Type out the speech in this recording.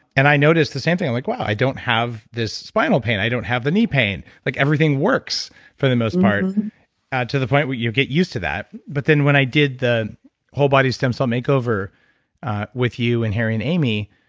and i notice the same thing. i'm like, wow. i don't have this spinal pain. i don't have the knee pain. like everything works for the most part to the point where you get used to that, but then when i did the whole body stem cell makeover with you and harry and amy,